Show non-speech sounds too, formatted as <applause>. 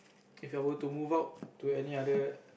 <noise> If I were to move out to any other